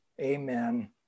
Amen